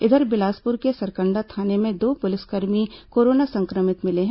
इधर बिलासपुर के सरकंडा थाने में दो पुलिसकर्मी कोरोना संक्रमित मिले हैं